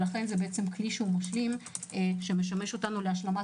לכן זה כלי משלים שמשמש אותנו להשלמת